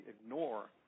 ignore